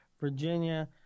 Virginia